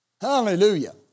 Hallelujah